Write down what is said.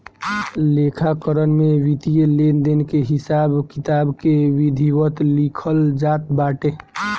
लेखाकरण में वित्तीय लेनदेन के हिसाब किताब के विधिवत लिखल जात बाटे